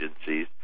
agencies